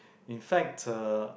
in fact uh